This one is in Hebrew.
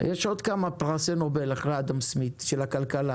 יש עוד כמה פרסי נובל אחרי אדם סמית של הכלכלה